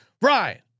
Brian